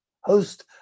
host